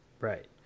right